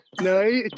no